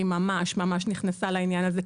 היא ממש נכנסה לעניין הזה.